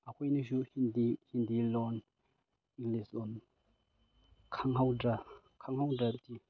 ꯑꯩꯈꯣꯏꯅꯁꯨ ꯍꯤꯟꯗꯤ ꯍꯤꯟꯗꯤ ꯂꯣꯟ ꯏꯪꯂꯤꯁ ꯂꯣꯟ ꯈꯪꯍꯧꯗ꯭ꯔꯗꯤ